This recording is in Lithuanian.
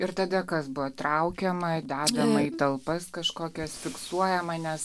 ir tada kas buvo traukiama dedama į talpas kažkokias fiksuojama nes